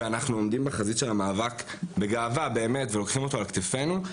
אנחנו עומדים בחזית של המאבק בגאווה באמת ולוקחים אותו על כתפינו,